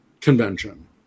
convention